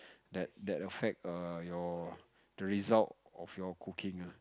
that that affect err your the result of your cooking ah